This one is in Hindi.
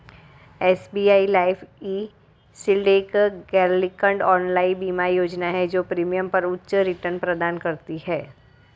एस.बी.आई लाइफ ई.शील्ड एक गैरलिंक्ड ऑनलाइन बीमा योजना है जो प्रीमियम पर उच्च रिटर्न प्रदान करती है